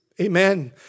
Amen